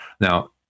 now